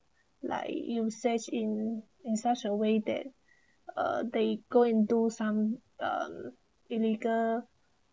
like you said in in such a way that uh they go and do some um illegal